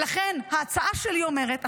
ולכן ההצעה שלי אומרת,